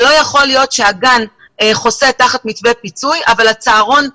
לא יכול להיות שהגן חוסה תחת מתווה פיצוי אבל הצהרון לא.